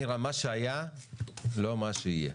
נירה, מה שהיה לא מה שיהיה.